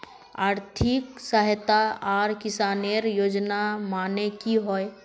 आर्थिक सहायता आर किसानेर योजना माने की होय?